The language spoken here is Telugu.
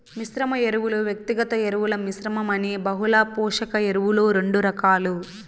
మిశ్రమ ఎరువులు, వ్యక్తిగత ఎరువుల మిశ్రమం అని బహుళ పోషక ఎరువులు రెండు రకాలు